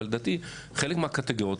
אבל לדעתי חלק מהקטגוריות,